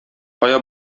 кая